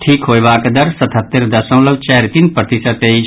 ठीक होयबाक दर सतहत्तरि दशमलव चारि तीन प्रतिशत अछि